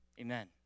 Amen